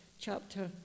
chapter